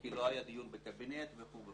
כי לא היה דיון בקבינט וכולי,